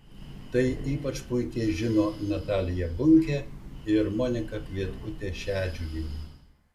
tai ypač puikiai žino natalija bunkė ir monika kvietkutė šedžiuvienė